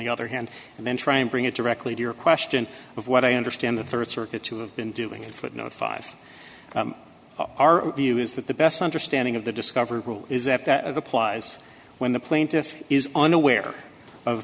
the other hand and then try and bring it directly to your question of what i understand the rd circuit to have been doing it with no five our view is that the best understanding of the discovery rule is that that applies when the plaintiff is unaware of